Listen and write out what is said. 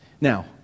Now